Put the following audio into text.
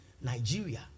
Nigeria